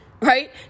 right